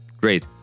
great